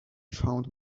found